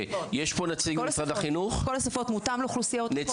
בכל השפות, מותאם לאוכלוסיות.